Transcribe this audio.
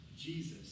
Jesus